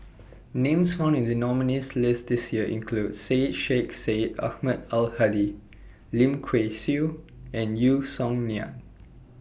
Names found in The nominees' list This Year include Syed Sheikh Syed Ahmad Al Hadi Lim Kay Siu and Yeo Song Nian